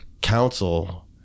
council